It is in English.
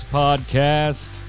podcast